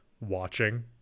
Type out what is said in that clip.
watching